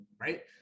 right